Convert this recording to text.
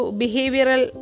behavioral